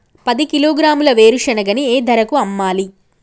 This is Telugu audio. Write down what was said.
పది కిలోగ్రాముల వేరుశనగని ఏ ధరకు అమ్మాలి?